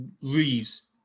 leaves